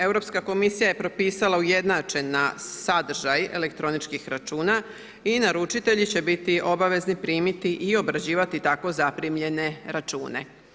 Europska komisija je propisala ujednačen sadržaj elektroničkih računa i naručitelji će biti obavezni primiti i obrađivati tako zaprimljene račune.